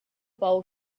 bowl